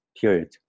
period